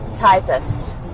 Typist